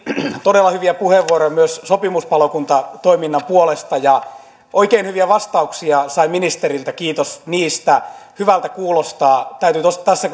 todella hyviä puheenvuoroja myös sopimuspalokuntatoiminnan puolesta ja oikein hyviä vastauksia sain ministeriltä kiitos niistä hyvältä kuulostaa täytyy tässä